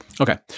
Okay